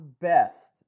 best